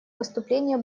выступления